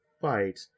fight